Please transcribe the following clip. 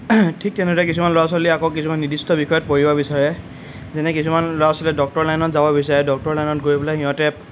ঠিক তেনেদৰে কিছুমান ল'ৰা ছোৱালী আকৌ কিছুমান নিৰ্দিষ্ট বিষয়ত পঢ়িব বিচাৰে যেনে কিছুমান ল'ৰা ছোৱালীয়ে ডক্তৰ লাইনত যাব বিচাৰে ডক্তৰ লাইনত গৈ পেলাই সিহঁতে